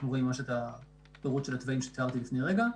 זהו.